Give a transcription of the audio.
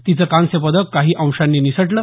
तिचं कांस्यपदक काही अंशांनी निसटलं